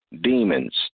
demons